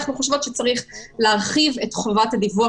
אנחנו חושבות שצריך להרחיב את חובת הדיווח,